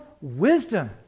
wisdom